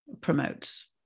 promotes